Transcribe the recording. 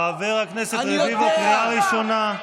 חבר הכנסת רביבו, קריאה ראשונה.